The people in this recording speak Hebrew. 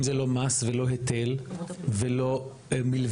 אם זה לא מס ולא היטל ולא נלווה?